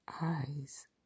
eyes